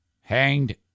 Hanged